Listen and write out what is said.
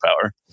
power